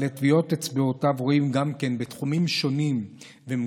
אבל את טביעות אצבעותיו רואים גם כן בתחומים שונים ומגוונים: